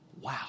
wow